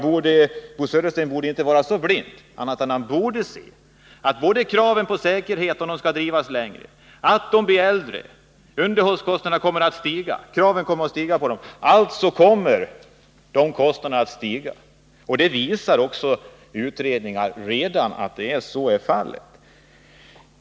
Bo Södersten borde inte vara så blind, utan han borde se att kraven på säkerhet kommer att höjas om kärnkraftsaggregaten skall drivas under längre tid och att när de blir äldre underhållskostnaderna därmed kommer att stiga. Dessa kostnader kommer alltså att öka, och utredningar visar också redan att så är fallet.